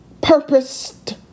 purposed